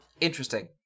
Interesting